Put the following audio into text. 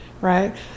right